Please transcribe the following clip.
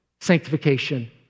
sanctification